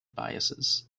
biases